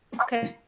okay,